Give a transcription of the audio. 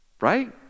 right